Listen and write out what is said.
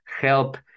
help